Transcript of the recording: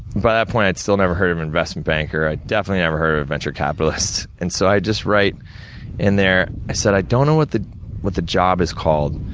by that point, i'd still never heard of an investment banker, i definitely never heard of a venture capitalist. and so, i just write in there, i said, i don't know what the what the job is called,